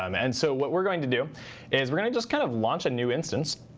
um and so what we're going to do is we're going to just kind of launch a new instance.